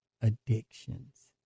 addictions